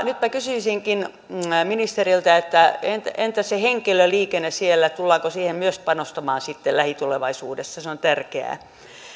nyt minä kysyisinkin ministeriltä entä se henkilöliikenne siellä tullaanko siihen myös panostamaan sitten lähitulevaisuudessa se on tärkeää